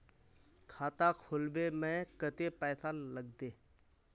खाता खोलबे में कते पैसा लगते?